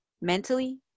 mentally